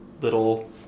little